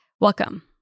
Welcome